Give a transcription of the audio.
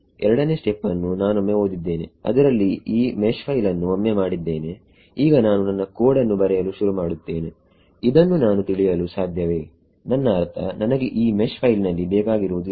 2ನೇ ಸ್ಟೆಪ್ ಅನ್ನು ನಾನೊಮ್ಮೆ ಓದಿದ್ದೇನೆ ಅದರಲ್ಲಿ ಈ ಮೆಶ್ ಫೈಲ್ ಅನ್ನು ಒಮ್ಮೆ ಮಾಡಿದ್ದೇನೆಈಗ ನಾನು ನನ್ನ ಕೋಡ್ ಅನ್ನು ಬರೆಯಲು ಶುರುಮಾಡುತ್ತೇನೆ ಇದನ್ನು ನಾನು ತಿಳಿಯಲು ಸಾಧ್ಯವೇ ನನ್ನ ಅರ್ಥ ನನಗೆ ಈ ಮೆಶ್ ಫೈಲಿನಲ್ಲಿ ಬೇಕಾಗಿವುದು ಏನು